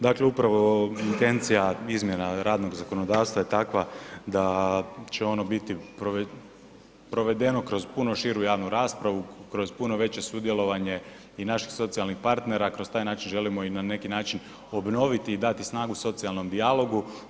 Dakle, upravo intencija izmjena radnog zakonodavstva je takva da će ono biti provedeno kroz puno širu javnu raspravu, kroz puno veće sudjelovanje i naših socijalnih partnera, kroz taj način želimo i na neki način obnoviti i dati snagu socijalnom dijalogu.